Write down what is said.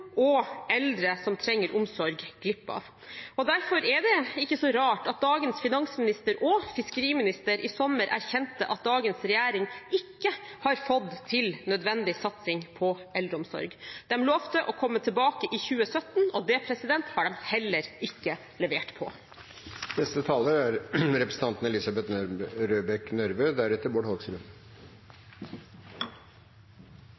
og eldre som trenger omsorg, går glipp av om lag 2,5 mrd. kr per år. Derfor er det ikke så rart at dagens finansminister og fiskeriminister i sommer erkjente at dagens regjering ikke har fått til en nødvendig satsing på eldreomsorg. De lovte å komme tilbake i 2017. Det har de heller ikke levert på.